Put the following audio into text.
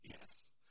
Yes